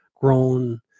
grown